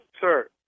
sir